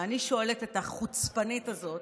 ואני שואלת את החוצפנית הזאת,